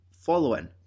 following